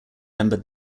member